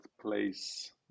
place